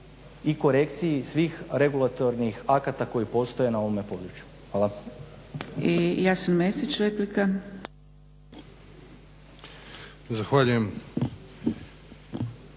i korekciji svih regulatornih akata koji postoje na ovome području. Hvala. **Zgrebec, Dragica (SDP)**